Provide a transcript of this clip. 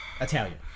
Italian